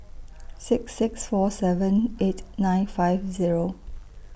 six six four seven eight nine five Zero